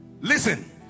Listen